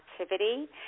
activity